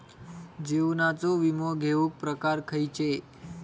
जीवनाचो विमो घेऊक प्रकार खैचे?